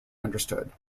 understood